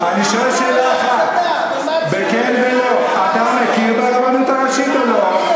אני שואל שאלה אחת ב"כן" ו"לא": אתה מכיר ברבנות הראשית או לא?